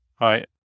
right